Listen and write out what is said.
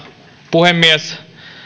puhemies